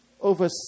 Over